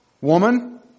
Woman